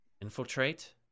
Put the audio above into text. Infiltrate